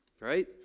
right